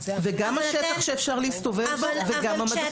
וגם השטח שאפשר להסתובב בו וגם המדפים.